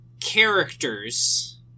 characters